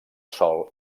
sol